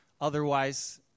Otherwise